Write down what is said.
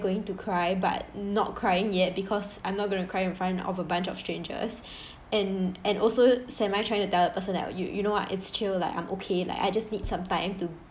going to cry but not crying yet because I'm not going to cry in front of a bunch of strangers and and also semi trying to tell the person that you you know what it's chill like I'm okay like I just need some time to